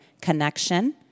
connection